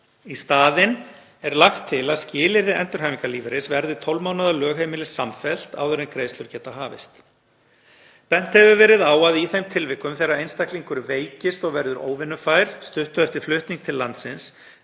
Í staðinn er lagt til að skilyrði endurhæfingarlífeyris verði 12 mánaða lögheimili samfellt áður en greiðslur geta hafist. Bent hefur verið á að í þeim tilvikum þegar einstaklingur veikist og verður óvinnufær stuttu eftir flutning til landsins